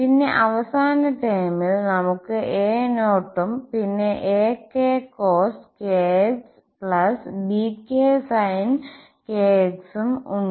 പിന്നെ അവസാന ടേമിൽ നമുക്ക് a0 ഉം പിന്നെ ak cos bk sin ഉം ഉണ്ട്